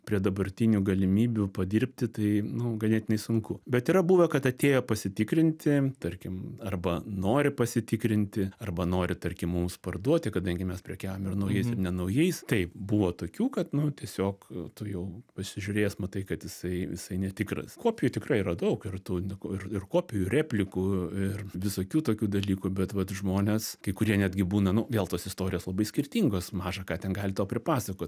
prie dabartinių galimybių padirbti tai nu ganėtinai sunku bet yra buvę kad atėjo pasitikrinti tarkim arba nori pasitikrinti arba nori tarkim mums parduoti kadangi mes prekiaujam ir naujais ir ne naujais taip buvo tokių kad nu tiesiog tu jau pasižiūrėjęs matai kad jisai jisai netikras kopijų tikrai yra daug ir tu nu ir kopijų replikų ir visokių tokių dalykų bet vat žmonės kai kurie netgi būna nu vėl tos istorijos labai skirtingos maža ką ten gali tau pripasakot